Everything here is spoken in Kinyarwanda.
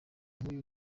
nk’uyu